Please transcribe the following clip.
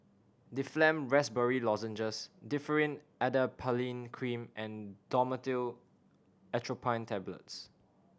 Difflam Raspberry Lozenges Differin Adapalene Cream and Dhamotil Atropine Tablets